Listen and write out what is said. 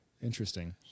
Interesting